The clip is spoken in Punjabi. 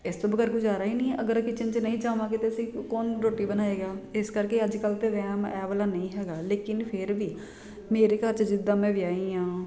ਇਸ ਤੋਂ ਵਗੈਰ ਗੁਜ਼ਾਰਾ ਨਹੀਂ ਆ ਅਗਰ ਕਿਚਨ 'ਚ ਨਹੀਂ ਜਾਵਾਂਗੇ ਤਾਂ ਅਸੀਂ ਕੌਣ ਰੋਟੀ ਬਣਾਏਗਾ ਇਸ ਕਰਕੇ ਅੱਜ ਕੱਲ੍ਹ ਤਾਂ ਵਹਿਮ ਇਹ ਵਾਲਾ ਨਹੀਂ ਹੈਗਾ ਲੇਕਿਨ ਫਿਰ ਵੀ ਮੇਰੇ ਘਰ 'ਚ ਜਿੱਦਾਂ ਮੈਂ ਵਿਆਹੀ ਹਾਂ